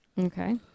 Okay